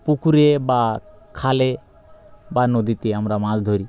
পুকুরে বা খালে বা নদীতে আমরা মাছ ধরি